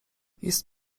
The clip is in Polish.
jest